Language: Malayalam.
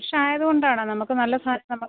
ഫ്രഷ് ആയത് കൊണ്ടാണ് നമുക്ക് നല്ല സാധനം നമ്മൾ